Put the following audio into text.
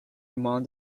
among